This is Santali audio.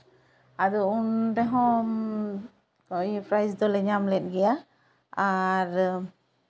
ᱟᱫᱚ ᱩᱱ ᱨᱮᱦᱚᱸ ᱯᱨᱟᱭᱤᱡᱽ ᱫᱚᱞᱮ ᱧᱟᱢᱞᱮᱫ ᱜᱮᱭᱟ ᱟᱨ